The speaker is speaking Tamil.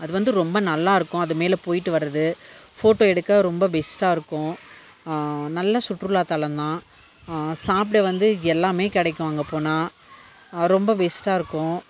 அது வந்து ரொம்ப நல்லாருக்கும் அது மேலே போய்ட்டு வர்றது ஃபோட்டோ எடுக்க ரொம்ப பெஸ்ட்டாக இருக்கும் நல்ல சுற்றுலாத்தலம் தான் சாப்பிட வந்து எல்லாமே கிடைக்கும் அங்கே போனால் ரொம்ப பெஸ்ட்டாக இருக்கும்